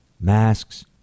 masks